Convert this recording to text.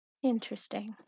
Interesting